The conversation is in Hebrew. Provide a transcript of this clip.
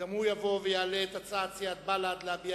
גם הוא יבוא ויעלה את הצעת סיעת בל"ד להביע